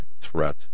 threat